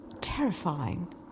terrifying